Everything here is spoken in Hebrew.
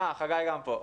חגי גם פה.